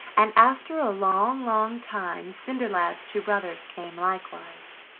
and after a long, long time cinderlad's two brothers came likewise.